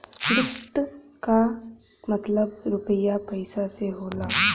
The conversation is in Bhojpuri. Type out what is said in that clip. वित्त क मतलब रुपिया पइसा से होला